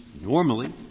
normally